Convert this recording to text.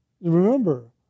Remember